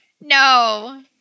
No